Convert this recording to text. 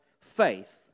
faith